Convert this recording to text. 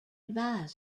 advisor